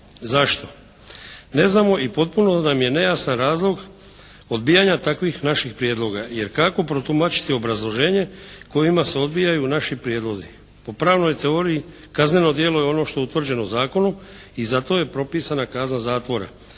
Zašto? Ne znamo i potpuno nam je nejasan razlog odbijanja takvih naših prijedloga jer kako protumačiti obrazloženje kojima se odbijaju naši prijedlozi? Po pravnoj teoriji kazneno djelo je ono što je utvrđeno zakonom i zato je propisana kazna zatvora,